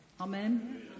Amen